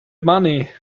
money